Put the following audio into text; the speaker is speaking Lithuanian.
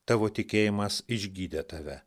tavo tikėjimas išgydė tave